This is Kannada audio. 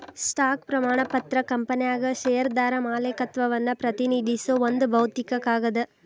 ಸ್ಟಾಕ್ ಪ್ರಮಾಣ ಪತ್ರ ಕಂಪನ್ಯಾಗ ಷೇರ್ದಾರ ಮಾಲೇಕತ್ವವನ್ನ ಪ್ರತಿನಿಧಿಸೋ ಒಂದ್ ಭೌತಿಕ ಕಾಗದ